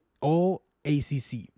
All-ACC